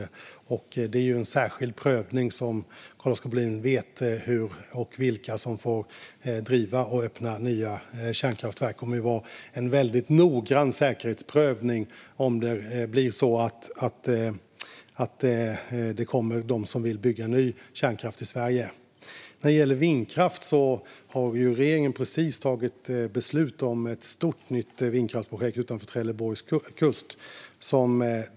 Som Carl-Oskar Bohlin vet görs det en särskild prövning av vilka som får driva och öppna nya kärnkraftverk. Det kommer att göras en väldigt noggrann säkerhetsprövning om det blir så att det kommer någon som vill bygga ny kärnkraft i Sverige. När det gäller vindkraft har regeringen precis tagit beslut om ett stort nytt vindkraftsprojekt utanför Trelleborgs kust.